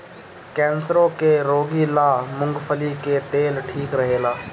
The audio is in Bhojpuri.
कैंसरो के रोगी ला मूंगफली के तेल ठीक रहेला